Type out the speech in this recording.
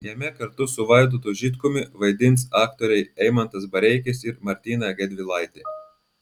jame kartu su vaidotu žitkumi vaidins aktoriai eimantas bareikis ir martyna gedvilaitė